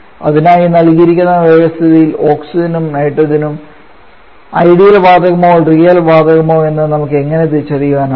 അതിനായി നൽകിയിരിക്കുന്ന വ്യവസ്ഥിതിയിൽ ഓക്സിജനും നൈട്രജനും ഐഡിയൽ വാതകമോ റിയൽ വാതകമോ എന്ന് നമുക്ക് എങ്ങനെ തിരിച്ചറിയാനാകും